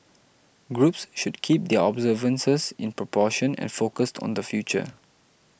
groups should keep their observances in proportion and focused on the future